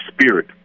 spirit